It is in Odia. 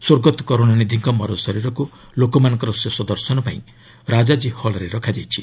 ସ୍ୱର୍ଗତ କରୁଣାନିଧିଙ୍କ ମରଶରୀରକୁ ଲୋକମାନଙ୍କ ଶେଷ ଦର୍ଶନ ପାଇଁ ରାଜାଜୀ ହଲ୍ରେ ରଖାଯାଇଛି